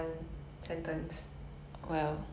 okay my turn um